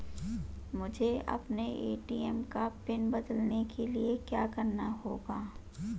मुझे अपने ए.टी.एम का पिन बदलने के लिए क्या करना होगा?